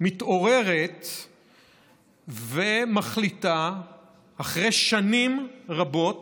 מתעוררת ומחליטה אחרי שנים רבות